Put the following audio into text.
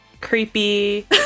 creepy